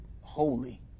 holy